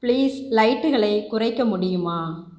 please லைட்டுகளை குறைக்க முடியுமா